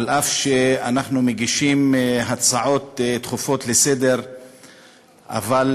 אף שאנחנו מגישים הצעות דחופות לסדר-היום,